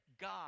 God